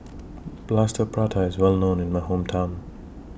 Plaster Prata IS Well known in My Hometown